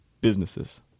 businesses